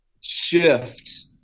shift